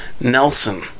Nelson